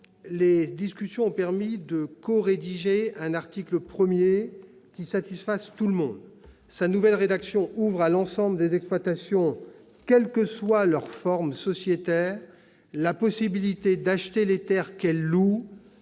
les discussions ont permis de corédiger un article 1 qui satisfait tout le monde. Sa nouvelle rédaction ouvre à l'ensemble des exploitations, quelle que soit leur forme sociétaire, la possibilité d'acheter les terres qu'elles louent